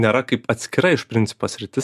nėra kaip atskira iš principo sritis